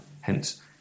Hence